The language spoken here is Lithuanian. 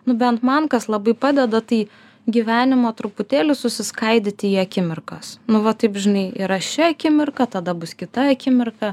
nu bent man kas labai padeda tai gyvenimo truputėlį susiskaidyti į akimirkas nu va taip žinai yra ši akimirka tada bus kita akimirka